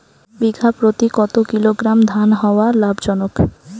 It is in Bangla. বিঘা প্রতি কতো কিলোগ্রাম ধান হওয়া লাভজনক?